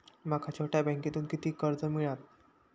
माका छोट्या बँकेतून किती कर्ज मिळात?